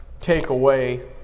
takeaway